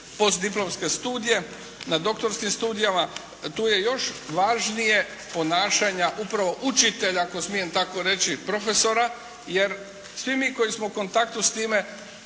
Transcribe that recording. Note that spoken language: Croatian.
postdiplomske studije, na doktorskim studijama. Tu je još važnije ponašanja upravo učitelja ako smijem tako reći, profesora jer svi mi koji smo u kontaktu s time,